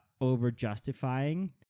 over-justifying